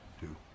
two